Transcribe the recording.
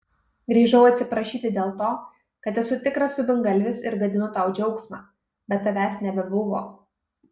grįžau atsiprašyti dėl to kad esu tikras subingalvis ir gadinu tau džiaugsmą bet tavęs nebebuvo